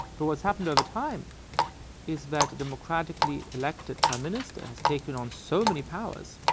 but what's happened over time is that democratically elected prime minister has taken on so many powers,